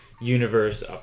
...universe